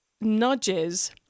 nudges